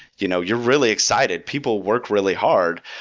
you know you're really excited. people work really hard.